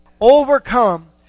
overcome